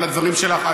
על הדברים שלך,